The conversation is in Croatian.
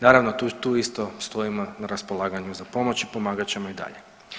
Naravno tu isto stojimo na raspolaganju za pomoć i pomagat ćemo i dalje.